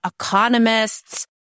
economists